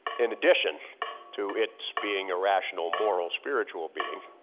in addition to, its being a rational moral spiritual being.